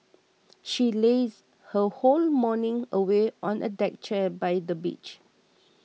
she lazed her whole morning away on a deck chair by the beach